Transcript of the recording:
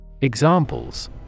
Examples